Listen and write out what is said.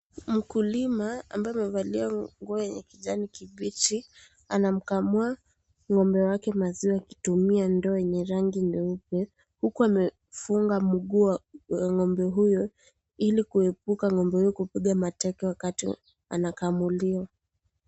Mkulima ambaye amevalia nguo yenye kijani kibichi anamkamua ngombe wake maziwa akitumia ndoo yenye rangi nyeupe huku amefunga mguu wa ngombe huyo ili kuepuka ngombe huyo kupiga mateke wakati anakamuliwa.